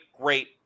great